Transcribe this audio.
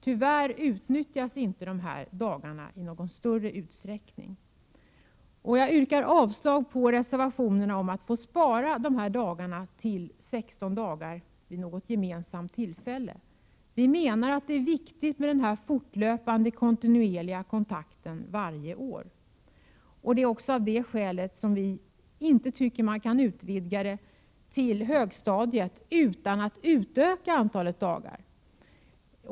Tyvärr utnyttjas dessa dagar inte i någon större utsträckning. Jag yrkar avslag på reservationen om att få spara dessa dagar till 16 dagar vid något gemensamt tillfälle. Vi menar att den fortlöpande, kontinuerliga kontakten varje år är viktig. Det är också av det skälet vi inte vill utvidga rätten till att omfatta högstadiet utan att utöka antalet dagar.